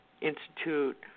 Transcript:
Institute